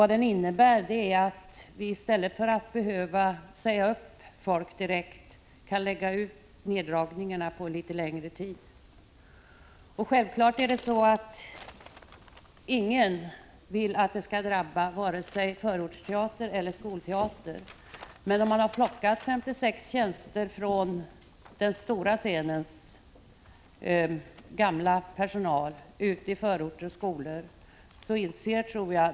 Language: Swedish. Den innebär bara att vi, i stället för att behöva säga upp folk direkt, kan lägga ut neddragningarna över en litet längre tid. Självfallet vill ingen att neddragningarna skall drabba vare sig förortsteater eller skolteater, men man har redan plockat 56 tjänster från den stora scenens gamla personal ute i förorter och skolor.